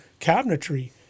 cabinetry